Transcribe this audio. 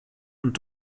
und